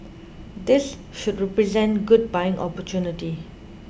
this should represent good buying opportunity